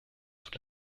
toute